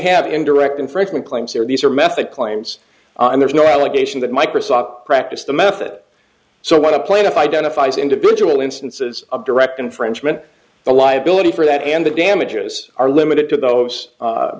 have indirect infringement claims here these are method claims and there's no allegation that microsoft practiced the method so much the plaintiff identifies individual instances of direct infringement the liability for that and the damages are limited to those